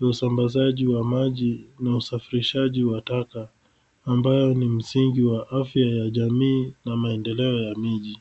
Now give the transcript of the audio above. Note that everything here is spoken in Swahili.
usambazaji wa maji na usafirishaji wa taka ambayo ni msingi wa afya ya jamii na maendeleo ya miji.